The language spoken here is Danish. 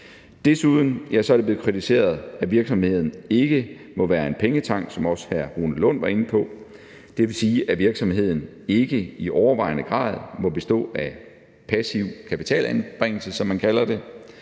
Desuden er det blevet kritiseret, at virksomheden ikke må være en pengetank, som også hr. Rune Lund var inde på. Det vil sige, at virksomheden ikke i overvejende grad må bestå af passiv kapitalanbringelse, som man kalder det.